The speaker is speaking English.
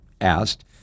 asked